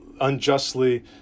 unjustly